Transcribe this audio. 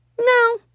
No